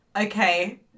Okay